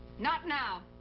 not now.